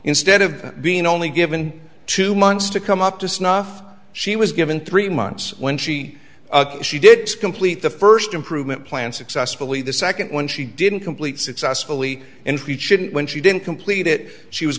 instead of being only given two months to come up to snuff she was given three months when she she did complete the first improvement plan successfully the second one she didn't complete successfully in future shouldn't when she didn't complete it she was